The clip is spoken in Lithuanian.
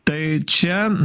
tai čia